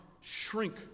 shrink